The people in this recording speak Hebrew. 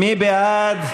מי בעד?